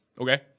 okay